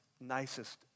nicest